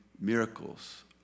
miracles